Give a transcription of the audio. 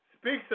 speaks